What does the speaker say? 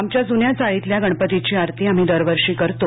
आमच्या जुन्या चाळीतल्या गणपतीची आरती आम्ही दरवर्षी करतो